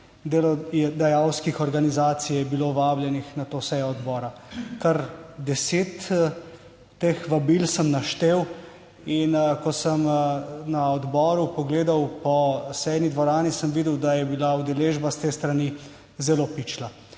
delodajalskih organizacij je bilo vabljenih na to sejo odbora - kar deset teh vabil sem naštel - in ko sem na odboru pogledal po sejni dvorani sem videl, da je bila udeležba s te strani zelo pičla.